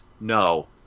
no